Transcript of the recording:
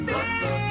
Run